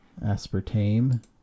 Aspartame